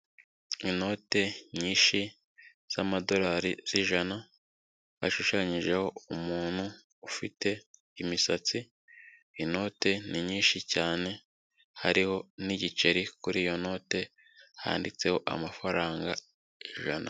Inote nyinshi z'amadolari z'ijana ashushanyijeho umuntu ufite imisatsi, inote ni nyinshi cyane hariho n'igiceri kuri iyo note, handitseho amafaranga ijana.